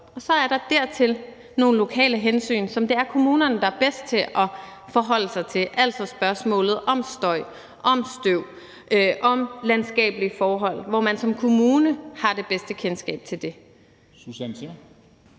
Så er der dertil nogle lokale hensyn, som det er kommunerne der er bedst til at forholde sig til, altså spørgsmålet om støj, om støv, om landskabelige forhold, hvor man som kommune har det bedste kendskab til det.